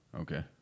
Okay